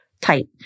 tight